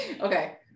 Okay